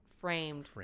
framed